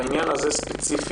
בעניין הזה ספציפית